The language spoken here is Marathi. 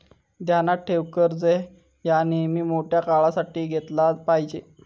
ध्यानात ठेव, कर्ज ह्या नेयमी मोठ्या काळासाठी घेतला पायजे